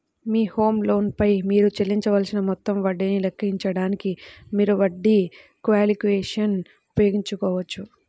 మీ home loan పై మీరు చెల్లించవలసిన మొత్తం వడ్డీని లెక్కించడానికి, మీరు వడ్డీ క్యాలిక్యులేటర్ ఉపయోగించవచ్చు